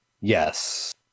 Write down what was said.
Yes